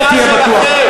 בזה תהיה בטוח.